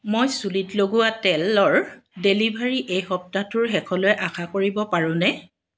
মই চুলিত লগোৱা তেলৰ ডেলিভাৰী এই সপ্তাহটোৰ শেষলৈ আশা কৰিব পাৰোঁনে